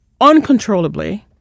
uncontrollably